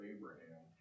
Abraham